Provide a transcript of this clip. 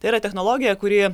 tai yra technologija kuri